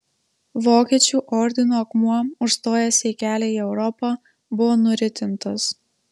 vokiečių ordino akmuo užstojęs jai kelią į europą buvo nuritintas